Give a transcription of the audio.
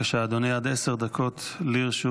בבקשה, אדוני, עד עשר דקות לרשותך.